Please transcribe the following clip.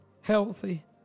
healthy